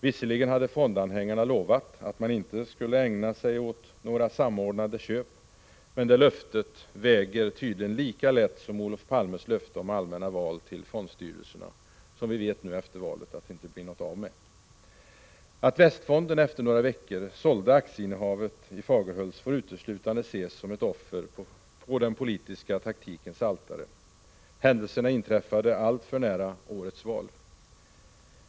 Visserligen hade fondanhängarna lovat, att man inte skulle ägna sig åt några samordnade köp, men det löftet väger tydligen lika lätt som Olof Palmes löfte om allmänna val till fondstyrelserna, som vi vet nu att det inte blir något av med. Att Västfonden efter några veckor sålde aktieinnehavet i Fagerhults får uteslutande ses som ett offer på den politiska taktikens altare. Händelserna inträffade alltför nära årets val!